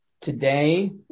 Today